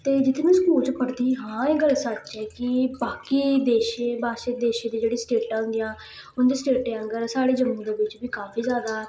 ते जित्थै मिं स्कूल च पढ़दी ही हां एह् गल्ल सच्च ऐ कि बाकी देशें बाच्छ देशें दी जेह्ड़ी स्टेटां होंदियां उं'दी स्टेटें आंह्गर साढ़ी जम्मू दे बिच्च बी काफी जैदा